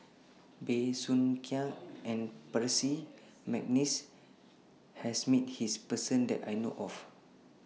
Bey Soo Khiang and Percy Mcneice has Met His Person that I know of